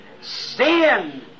sin